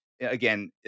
Again